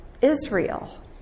Israel